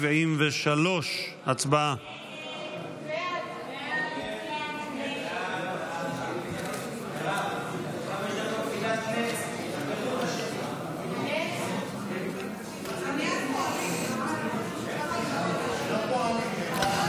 הסתייגות 173. הצבעה.